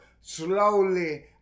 Slowly